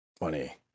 money